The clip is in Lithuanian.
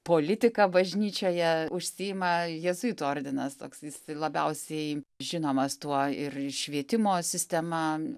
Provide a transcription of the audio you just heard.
politika bažnyčioje užsiima jėzuitų ordinas toks jis labiausiai žinomas tuo ir švietimo sistema